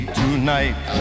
tonight